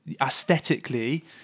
aesthetically